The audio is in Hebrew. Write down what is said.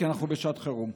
כי אנחנו בשעת חירום.